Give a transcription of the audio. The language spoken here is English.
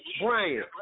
Brian